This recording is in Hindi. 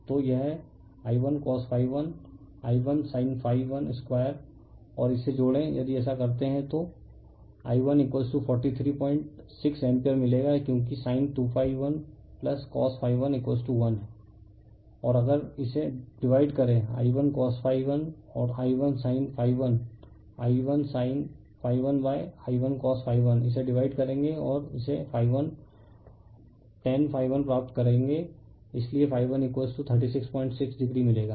तो यह I1cos 1 I1sin 1 2 और इसे जोड़ें यदि ऐसा करते हैं तो I1436 एम्पीयर मिलेगा क्योंकि sin 21cos 1 1 हैं और अगर इसे डिवाइड करें I1cos 1और I1sin 1 I1sin1I1cos 1 इसे डिवाइड करेगे और इसे ∅ 1 tan∅1 प्राप्त करेगा इसलिए ∅1366 डिग्री मिलेगा